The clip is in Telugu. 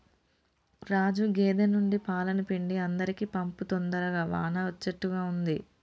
రాజు గేదె నుండి పాలను పిండి అందరికీ పంపు తొందరగా వాన అచ్చేట్టుగా ఉంది